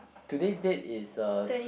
today's date is uh